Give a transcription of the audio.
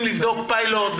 רוצים לבדוק פיילוט.